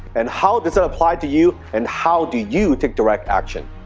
and how does it apply to you, and how do you take direct action?